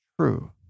true